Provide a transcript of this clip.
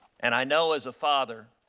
and i know as a father,